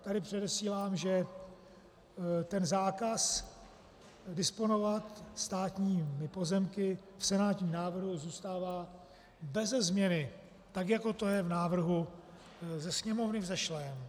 Tady předesílám, že zákaz disponovat státními pozemky v senátním návrhu zůstává beze změny tak, jako to je v návrhu ze Sněmovny vzešlém.